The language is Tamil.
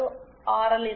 எல் இருக்கும்